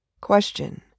Question